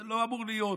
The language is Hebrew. זה לא אמור להיות.